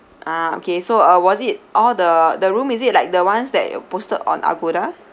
ah okay so uh was it all the the room is it like the ones that posted on Agoda